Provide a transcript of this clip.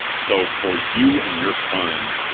so for you and your fund,